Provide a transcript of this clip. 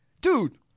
Dude